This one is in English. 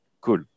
cool